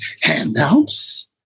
handouts